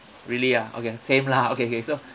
really ah okay same lah okay okay so